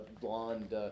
blonde